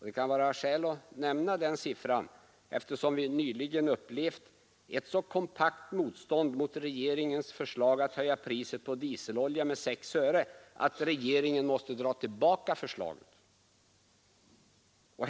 Det kan vara skäl att nämna den siffran, eftersom vi nyligen upplevt ett så kompakt motstånd mot regeringens förslag att höja priset på dieselolja med 6 öre att regeringen måste dra tillbaka förslaget.